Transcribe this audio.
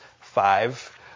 five